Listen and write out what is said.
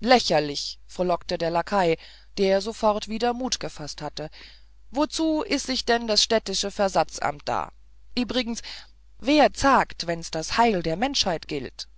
lächerlich frohlockte der lakai der sofort wieder mut gefaßt hatte wozu is denn das städtische versatzamt da ibrigens wer zagt wenn's das heil der menschheit gilt